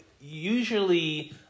usually